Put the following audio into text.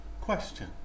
question